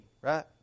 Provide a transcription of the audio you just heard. right